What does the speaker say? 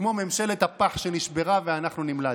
כמו ממשלת הפח שנשברה ואנחנו נמלטנו.